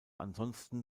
ansonsten